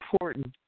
important